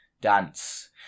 dance